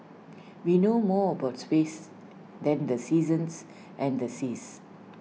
we know more about space than the seasons and the seas